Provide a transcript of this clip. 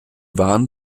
waren